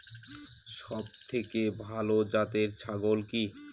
সবথেকে ভালো জাতের ছাগল কি?